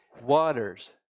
waters